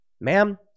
Ma'am